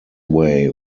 way